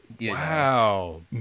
Wow